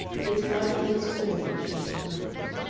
its brightly lit scores and shaded lights.